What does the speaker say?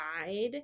side